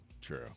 True